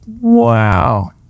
Wow